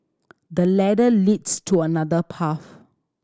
the ladder leads to another path